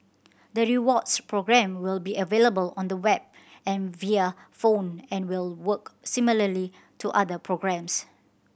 the rewards program will be available on the web and via phone and will work similarly to other programs